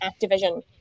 Activision